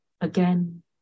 again